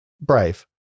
brave